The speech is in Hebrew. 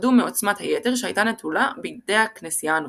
שפחדו מעוצמת היתר שהייתה נתונה בידי הכנסייה הנוצרית.